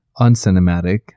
uncinematic